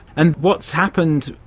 and what's happened,